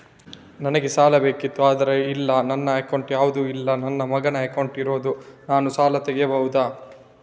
ನನಗೆ ಸಾಲ ಬೇಕಿತ್ತು ಆದ್ರೆ ಇಲ್ಲಿ ನನ್ನ ಅಕೌಂಟ್ ಯಾವುದು ಇಲ್ಲ, ನನ್ನ ಮಗನ ಅಕೌಂಟ್ ಇರುದು, ನಾನು ಸಾಲ ತೆಗಿಬಹುದಾ?